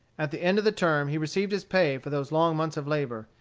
at the end of the term he received his pay for those long months of labor,